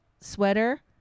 sweater